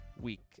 week